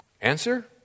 Answer